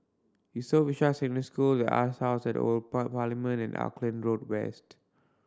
Yusof Ishak Secondary School The Arts House Old Parliament and Auckland Road West